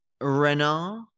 Renard